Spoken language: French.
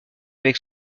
avec